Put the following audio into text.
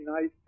nice